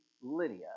Lydia